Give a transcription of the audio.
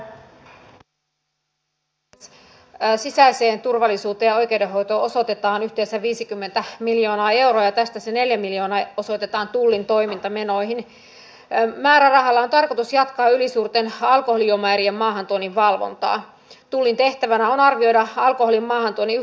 yksi asia mihin tässä olisi hyvä myös liikenne ja viestintäministeriön suunnalta kiinnittää huomiota on nimenomaan se kuinka erilaiset tukimuodot vaikuttavat tiettyihin liikenneyhteyksiin